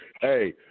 Hey